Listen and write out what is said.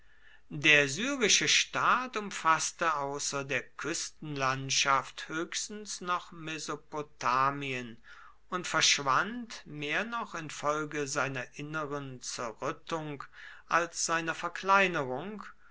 der syrische staat umfaßte außer der küstenlandschaft höchstens noch mesopotamien und verschwand mehr noch infolge seiner inneren zerrüttung als seiner verkleinerung